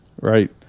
Right